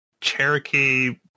Cherokee